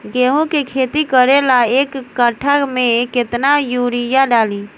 गेहूं के खेती करे ला एक काठा में केतना युरीयाँ डाली?